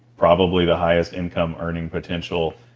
probably the highest income earning potential